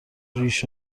ریش